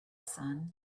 sun